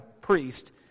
priest